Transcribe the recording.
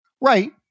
Right